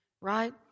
right